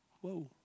whoa